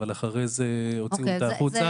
אבל אחרי זה הוציאו אותה החוצה.